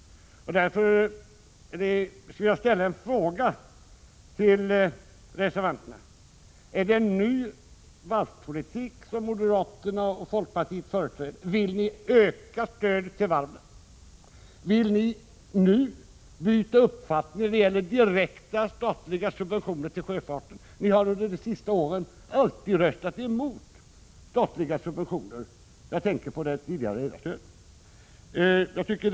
Därför skulle jag vilja ställa en fråga till reservanterna. Är det en ny varvspolitik som moderaterna och folkpartiet företräder? Vill ni öka stödet till varven? Har ni nu bytt uppfattning när det gäller direkta statliga subventioner till sjöfarten? Ni har under de senaste åren alltid röstat emot statliga subventioner. Jag tänker då på det tidigare redarstödet.